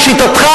לשיטתך,